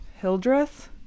Hildreth